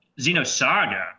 Xenosaga